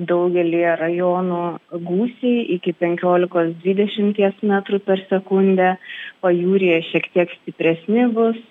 daugelyje rajonų gūsiai iki penkiolikos dvidešimties metrų per sekundę pajūryje šiek tiek stipresni bus